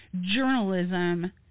journalism